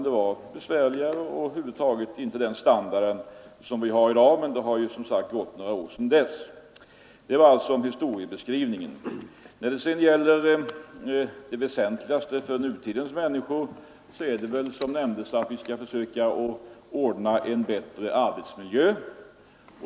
Det var besvärligare då, och man höll över huvud taget inte den standard som vi har i dag. Men det har, som sagt, gått några år sedan dess. Detta var alltså historieskrivningen. Det väsentligaste för nutidens människor är väl som nämndes att man skall föröka ordna en bättre arbetsmiljö.